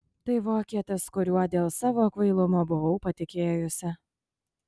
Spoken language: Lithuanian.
tai vokietis kuriuo dėl savo kvailumo buvau patikėjusi